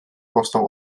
powstał